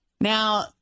Now